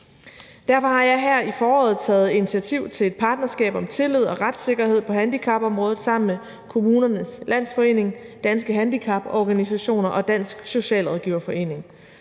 Derfor har jeg her i foråret taget initiativ til et partnerskab om tillid og retssikkerhed på handicapområdet sammen med Kommunernes Landsforening, Danske Handicaporganisationer og Dansk Socialrådgiverforening.